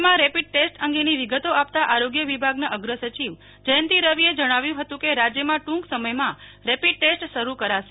રાજ્યમાં rapid test અંગેની વિગતો આપતા આરોગ્ય વિભાગના અગ્રસચિવ જયંતિ રવિએ જણાવ્યું હતુ કે રાજ્યમાં ટૂંક સમયમાં રેપીડ ટેસ્ટ શરૂ કરાશે